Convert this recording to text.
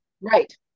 Right